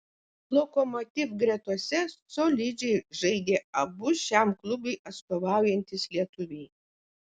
lokomotiv gretose solidžiai žaidė abu šiam klubui atstovaujantys lietuviai